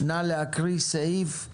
נא להקריא את סעיפים 6,